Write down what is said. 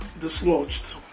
dislodged